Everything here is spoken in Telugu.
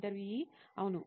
ఇంటర్వ్యూఈ అవును